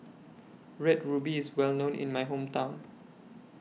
Red Ruby IS Well known in My Hometown